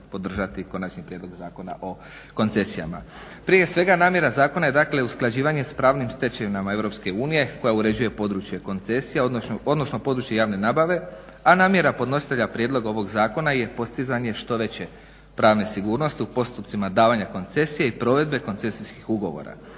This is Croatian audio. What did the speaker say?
podržati Konačni prijedlog zakona o koncesijama. Prije svega namjera zakona je dakle usklađivanje sa pravnim stečevinama EU koja uređuje područje koncesije, odnosno područje javne nabave, a namjera podnositelja prijedloga ovog zakona je postizanje što veće pravne sigurnosti u postupcima davanja koncesije i provedbe koncesijskih ugovora.